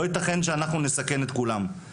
לא יתכן שאנחנו נסכן את כולם.